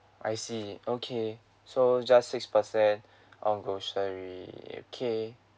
I see okay so just six percent on grocery okay